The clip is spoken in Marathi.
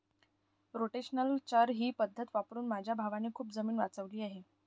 रोटेशनल चर ही पद्धत वापरून माझ्या भावाने खूप जमीन वाचवली आहे